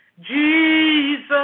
Jesus